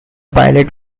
pilot